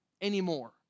anymore